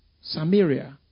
Samaria